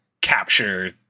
capture